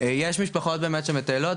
יש משפחות שבאמת מטיילות,